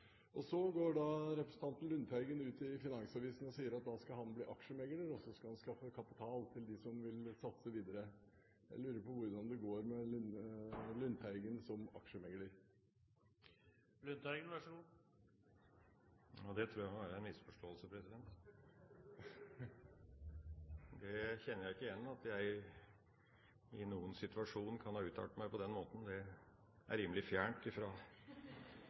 forskningen. Så går representanten Lundteigen ut i Finansavisen og sier at da skal han bli aksjemegler, og at han skal skaffe kapital til dem som vil satse videre. Jeg lurer på hvordan det går med Lundteigen som aksjemegler. Det tror jeg må være en misforståelse. Det kjenner jeg ikke igjen. At jeg i noen situasjon kan ha uttalt meg på den måten, er rimelig fjernt